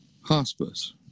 hospice